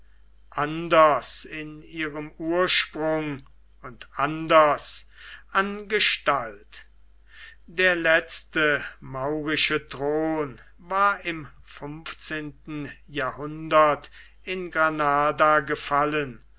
anders in ihrem ursprung und anders an gestalt der letzte maurische thron war im fünfzehnten jahrhundert in granada gefallen